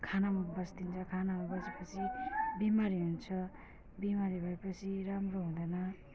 खानामा बसिदिन्छ खानामा बसेपछि बिमारी हुन्छ बिमारी भएपछि राम्रो हुँदैन